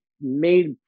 made